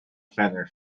feather